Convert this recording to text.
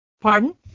Pardon